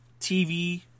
TV